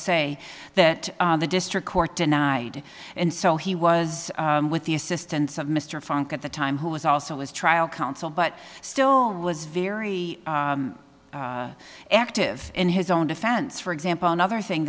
se that the district court denied and so he was with the assistance of mr funk at the time who was also his trial counsel but still was very active in his own defense for example another thing